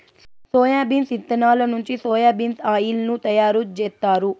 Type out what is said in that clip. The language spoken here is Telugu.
సోయాబీన్స్ ఇత్తనాల నుంచి సోయా బీన్ ఆయిల్ ను తయారు జేత్తారు